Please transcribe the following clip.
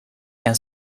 and